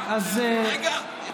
רגע.